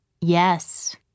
yes